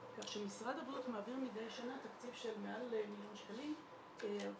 כך שמשרד הבריאות מעביר מדי שנה תקציב של מעל מיליון שקלים עבור